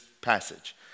passage